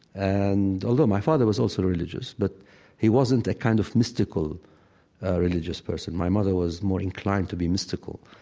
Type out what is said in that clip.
and although my father was also religious, but he wasn't a kind of mystical ah religious person. my mother was more inclined to be a mystical